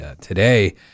today